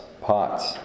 pots